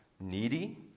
needy